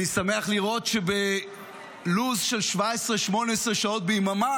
אני שמח לראות שבלו"ז של 17 18 שעות ביממה